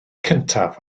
cyntaf